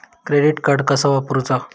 Credit card कसा वापरूचा?